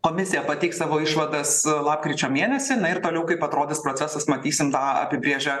komisija pateiks savo išvadas lapkričio mėnesį na ir toliau kaip atrodys procesas matysim tą apibrėžia